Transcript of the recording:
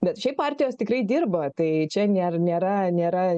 bet šiaip partijos tikrai dirba tai čia nėr nėra nėra